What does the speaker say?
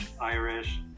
Irish